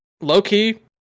Low-key